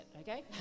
okay